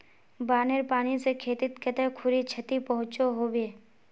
बानेर पानी से खेतीत कते खुरी क्षति पहुँचो होबे?